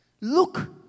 Look